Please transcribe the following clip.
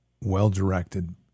well-directed